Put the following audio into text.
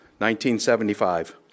1975